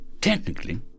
technically